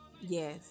Yes